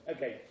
Okay